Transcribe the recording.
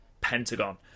Pentagon